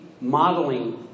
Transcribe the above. modeling